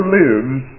lives